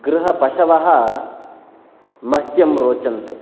गृहपशवः मह्यं रोचन्ते